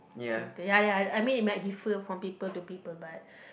ya ya I mean it might defer from people to people but